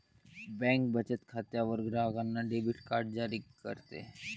bank बचत खात्यावर ग्राहकांना डेबिट कार्ड जारी करते